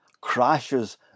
crashes